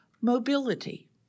Mobility